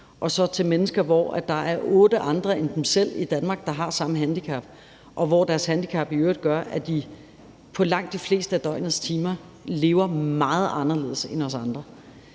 at der er mennesker med et handicap, som otte andre end dem selv i Danmark har, og hvor deres handicap i øvrigt gør, at de i langt de fleste af døgnets timer lever meget anderledes end os andre.